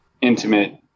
intimate